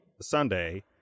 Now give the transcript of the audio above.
Sunday